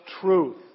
truth